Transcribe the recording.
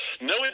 No